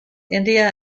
india